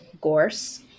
gorse